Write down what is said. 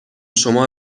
شما